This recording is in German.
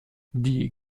die